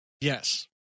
Yes